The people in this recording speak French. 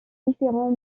différents